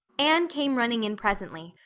anne came running in presently,